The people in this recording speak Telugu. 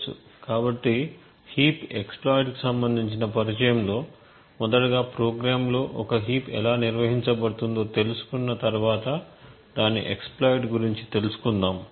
కాబట్టి హీప్ వినియోగానికి సంబంధించిన పరిచయంలో మొదటగా ప్రోగ్రామ్లో ఒక హీప్ ఎలా నిర్వహించబడుతుందో తెలుసుకున్న తర్వాత దాని వినియోగం గురించి తెలుసుకుందాము